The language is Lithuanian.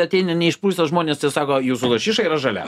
ateina neišprusę žmonės ir sako jūsų lašiša yra žalia